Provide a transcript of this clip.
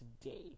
today